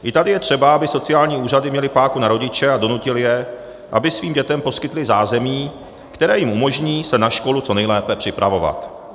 I tady je třeba, aby sociální úřady měly páku na rodiče a donutily je, aby svým dětem poskytli zázemí, které jim umožní se na školu co nejlépe připravovat.